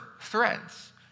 threads